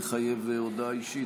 מחייב הודעה אישית.